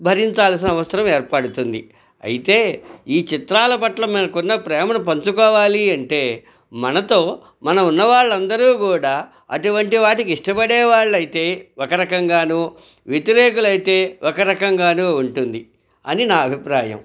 భరించాల్సిన అవసరం ఏర్పడుతుంది అయితే ఈ చిత్రాల పట్ల మనకున్న ప్రేమను పంచుకోవాలి అంటే మనతో మన ఉన్నవాళ్ళందరూ కూడా అటువంటి వాటికి ఇష్టపడే వాళ్ళైతే ఒక రకంగానూ వ్యతిరేకులయితే ఒక రకంగాను ఉంటుంది అని నా అభిప్రాయం